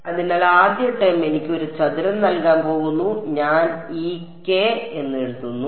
അതിനാൽ ആദ്യ ടേം എനിക്ക് ഒരു ചതുരം നൽകാൻ പോകുന്നു ഞാൻ ഈ k എന്ന് എഴുതുന്നു